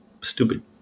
stupid